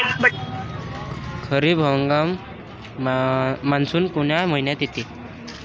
खरीप हंगामात मान्सून कोनच्या मइन्यात येते?